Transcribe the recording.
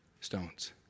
stones